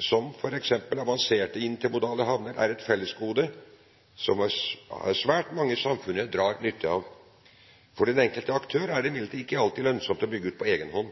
som f.eks. avanserte intermodale havner er et fellesgode som svært mange i samfunnet drar nytte av. For den enkelte aktør er det imidlertid ikke alltid lønnsomt å bygge ut på egen hånd.